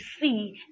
see